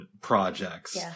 projects